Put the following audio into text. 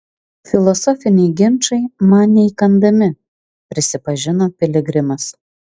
filosofiniai ginčai man neįkandami prisipažino piligrimas